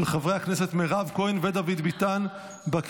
של חברת הכנסת אימאן ח'טיב יאסין.